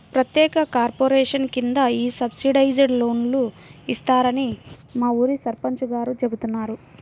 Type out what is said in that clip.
ప్రత్యేక కార్పొరేషన్ కింద ఈ సబ్సిడైజ్డ్ లోన్లు ఇస్తారని మా ఊరి సర్పంచ్ గారు చెబుతున్నారు